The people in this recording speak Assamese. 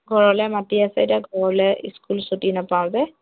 ঘৰলে মাতি আছে এতিয়া ঘৰলে ইস্কুল ছুটি নাপাওঁ যে